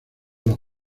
los